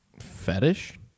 fetish